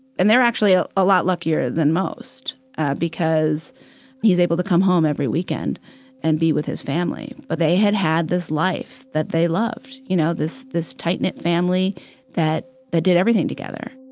and they're actually a ah lot luckier than most because he's able to come home every weekend and be with his family. but they had had this life that they loved. you know, this this tight-knit family that that did everything together.